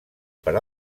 per